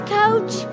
coach